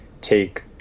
Take